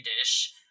dish